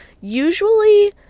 usually